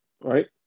right